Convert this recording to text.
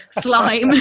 slime